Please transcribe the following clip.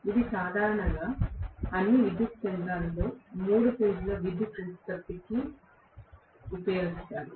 ఇవి సాధారణంగా అన్ని విద్యుత్ కేంద్రాలలో మూడు ఫేజ్ ల విద్యుత్ ఉత్పత్తికి ఉపయోగిస్తారు